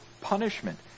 punishment